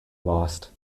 lost